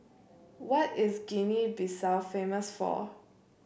what is Guinea Bissau famous for